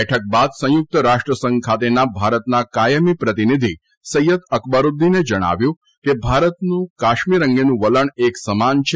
બેઠક બાદ સંયુક્ત રાષ્ટ્રસંઘ ખાતેના ભારતના કાથમી પ્રતિનિધિ સૈયદ અકબદરૂદ્દીને જણાવ્યું હતું કે ભારતનું કાશ્મીર અંગેનું વલણ એક સમાન છે